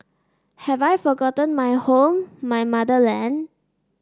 have I forgotten my home my motherland